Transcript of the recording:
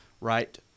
right